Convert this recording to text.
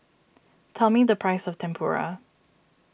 tell me the price of Tempura